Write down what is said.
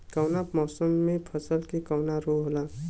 कवना मौसम मे फसल के कवन रोग होला?